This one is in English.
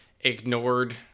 ignored